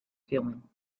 filming